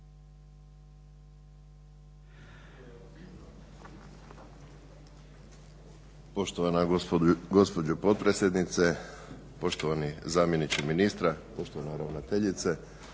Poštovana gospođo potpredsjednice, poštovani zamjeniče ministra, poštovana ravnateljice,